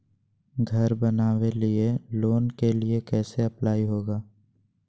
घर बनावे लिय लोन के लिए कैसे अप्लाई होगा?